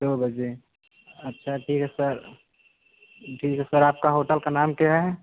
दो बजे अच्छा ठीक है सर ठीक है सर आपका होटल का नाम क्या है